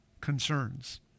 concerns